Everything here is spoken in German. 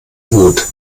wut